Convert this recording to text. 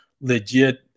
legit